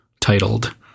titled